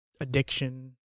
addiction